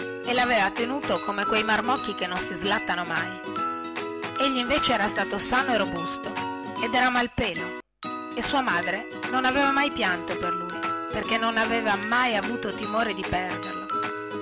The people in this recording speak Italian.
e laveva tenuto come quei marmocchi che non si slattano mai egli invece era stato sano e robusto ed era malpelo e sua madre non aveva mai pianto per lui perchè non aveva mai avuto timore di perderlo